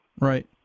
Right